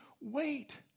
wait